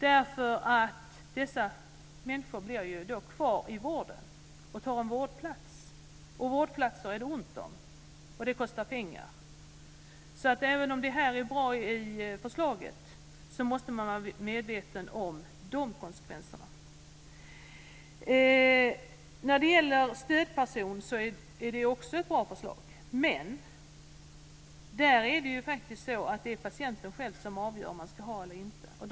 Dessa människor blir då kvar i vården och upptar en vårdplats, och vårdplatser är det ont om. De kostar pengar. Även om förslaget är bra måste man vara medveten om de konsekvenserna. Förslaget om stödperson är också bra. Men det är patienten själv som avgör om man vill ha en sådan eller inte.